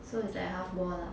so it's like a half wall lah